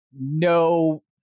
no